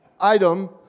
item